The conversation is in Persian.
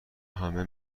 همه